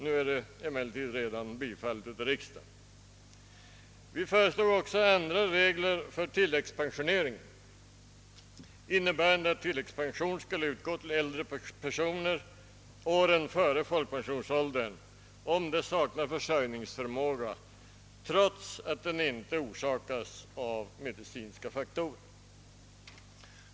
Nu har det emellertid bifallits av riksdagen. Vi föreslår också andra regler för tillläggspensionering, innebärande att tillläggspension utgår till äldre personner åren före folkpensionsåldern, om de saknar försörjningsförmåga — trots att den inte orsakas av medicinska faktorer.